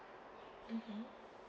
mmhmm